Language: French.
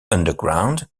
underground